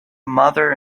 mother